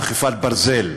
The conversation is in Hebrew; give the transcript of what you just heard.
אכיפת ברזל.